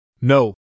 No